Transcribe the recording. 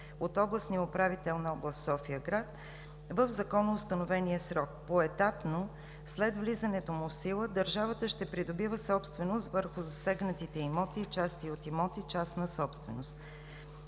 от областния управител на област София-град в законоустановения срок. Поетапно, след влизането му в сила, държавата ще придобива собственост върху засегнатите имоти и части от имоти частна собственост.